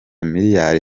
miliyari